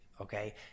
okay